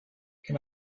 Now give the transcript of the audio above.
can